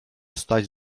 staś